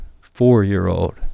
four-year-old